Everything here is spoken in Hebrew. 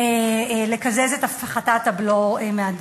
לקזז את הפחתת הבלו מהדלק.